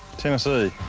tennessee.